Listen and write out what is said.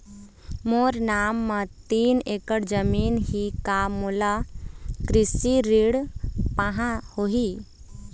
मोर नाम म तीन एकड़ जमीन ही का मोला कृषि ऋण पाहां होही?